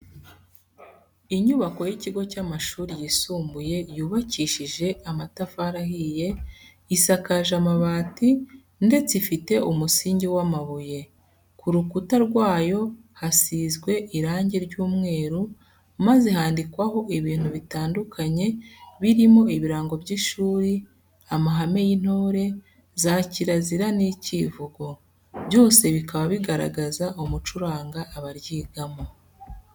Inyubako y'ikigo cy'amashuri yisumbuye yubakishije amatafari ahiye, isakaje amabati, ndetse ifite umusingi w'amabuye, ku rukuta rwayo hasizwe irangi ry'umweru maze handikwaho ibintu bitandukanye birimo ibirango by'ishuri, amahame y'intore, za kirazira n'icyivugo, byose bikaba bigaragaza umuco uranga abaryigamo.